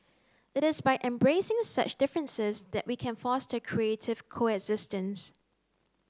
it is by embracing such differences that we can foster creative coexistence